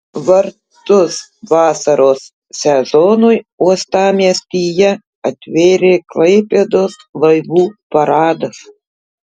vartus vasaros sezonui uostamiestyje atvėrė klaipėdos laivų paradas